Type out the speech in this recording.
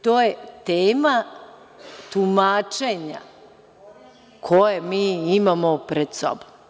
To je tema tumačenja koje mi imamo pred sobom.